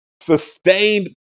sustained